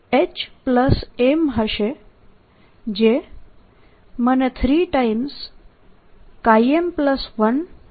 જે મને 3 M13 M આપે છે